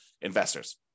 investors